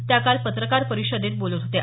त्या काल पत्रकार परिषदेत बोलत होत्या